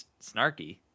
snarky